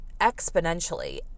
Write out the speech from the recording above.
exponentially